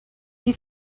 you